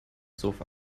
sofa